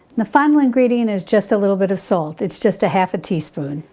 the final ingredient is just a little bit of salt. it's just a half a teaspoon.